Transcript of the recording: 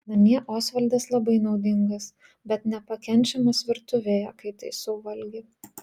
namie osvaldas labai naudingas bet nepakenčiamas virtuvėje kai taisau valgį